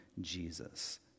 Jesus